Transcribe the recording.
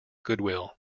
goodwill